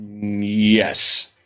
Yes